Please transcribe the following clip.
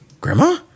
grandma